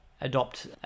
adopt